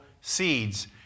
seeds